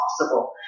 possible